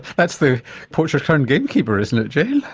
that's the poacher turned game keeper isn't it jane?